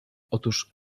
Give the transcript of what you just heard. otóż